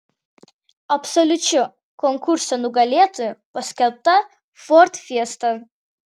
absoliučiu konkurso nugalėtoju paskelbta ford fiesta